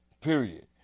period